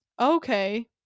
okay